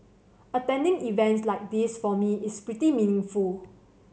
attending events like this for me is pretty meaningful